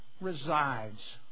resides